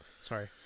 Sorry